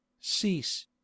Cease